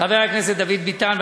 חבר הכנסת דוד ביטן.